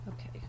Okay